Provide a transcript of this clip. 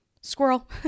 Squirrel